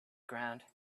ground